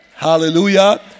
Hallelujah